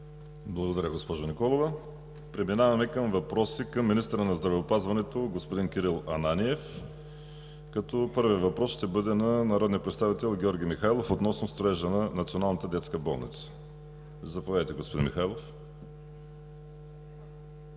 Благодаря, госпожо Николова. Преминаваме към въпроси към министъра на здравеопазването Кирил Ананиев. Първият въпрос ще бъде на народния представител Георги Михайлов относно строежа на Националната детска болница. Заповядайте, господин Михайлов.